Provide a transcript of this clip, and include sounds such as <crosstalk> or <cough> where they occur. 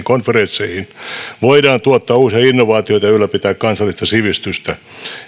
<unintelligible> konferensseihin voidaan tuottaa uusia innovaatioita ja ylläpitää kansallista sivistystä